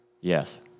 Yes